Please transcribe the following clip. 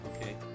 Okay